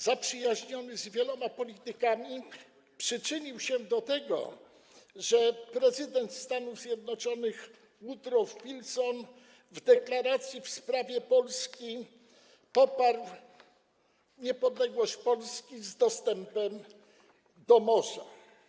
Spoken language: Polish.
Zaprzyjaźniony z wieloma politykami przyczynił się do tego, że prezydent Stanów Zjednoczonych Woodrow Wilson w deklaracji w sprawie Polski poparł niepodległość Polski z dostępem do morza.